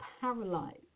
paralyzed